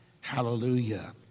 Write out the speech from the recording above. Hallelujah